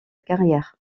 carrière